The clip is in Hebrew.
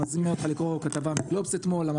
אני מזמין אותך לקרוא כתבה ב"גלובס" מאתמול לגבי